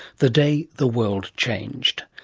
the day the world changed.